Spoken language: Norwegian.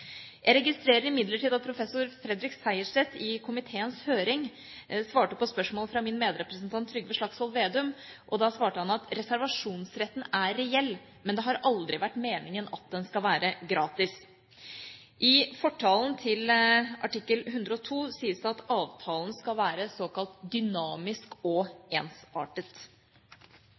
Jeg registrerer imidlertid at professor Fredrik Sejersted i komiteens høring på spørsmål fra min medrepresentant Trygve Slagsvold Vedum svarte at reservasjonsretten er reell. Men det har aldri vært meningen at den skal være gratis. I fortalen til artikkel 102 sies det at avtalen skal være såkalt dynamisk og ensartet.